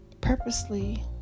purposely